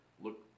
look